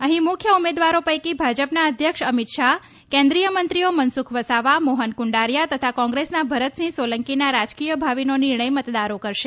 અહીં મુખ્ય ઉમેદવારો પૈકી ભાજપના અધ્યક્ષ અમીત શાહ કેન્દ્રિય મંત્રીઓ મનસુખ વસાવા મોહન કુંડારીયા તથા કોંગ્રેસના ભરતસિંહ સોલંકીના રાજકીય ભાવિનો નિર્ણય મતદારો કરશે